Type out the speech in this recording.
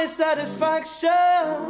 satisfaction